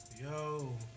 Yo